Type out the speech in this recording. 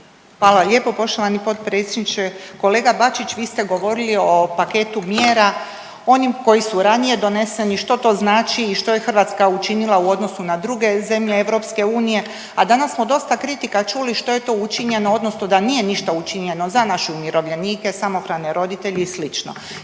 Hvala lijepa poštovani potpredsjedniče. Kolega Bačić, vi ste govorili o paketu mjera onim koji su ranije doneseni, što to znači i što je Hrvatska učinila u odnosu na druge zemlje EU, a danas smo dosta kritika čuli što je to učinjeno, odnosno da nije ništa učinjeno za naše umirovljenike, samohrane roditelje i